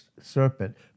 serpent